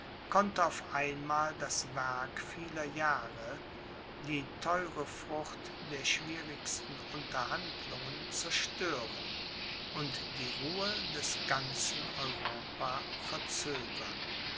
konnte auf einmal das werk vieler jahre die theure frucht der schwierigsten unterhandlungen zerstören und die ruhe des ganzen europa verzögern